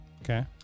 Okay